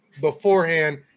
beforehand